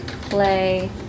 play